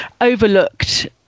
overlooked